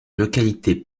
localité